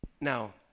Now